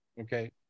okay